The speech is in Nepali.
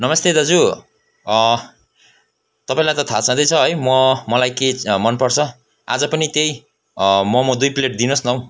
नमस्ते दाजु तपाईँलाई त थाहा छँदैछ है म मलाई के मन पर्छ आज पनि त्यो मोमो दुई प्लेट दिनुहोस् न हौ